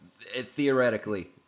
Theoretically